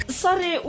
sorry